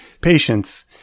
patience